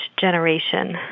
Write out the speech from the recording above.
generation